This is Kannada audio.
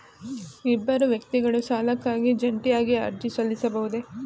ಇಬ್ಬರು ವ್ಯಕ್ತಿಗಳು ಸಾಲಕ್ಕಾಗಿ ಜಂಟಿಯಾಗಿ ಅರ್ಜಿ ಸಲ್ಲಿಸಬಹುದೇ?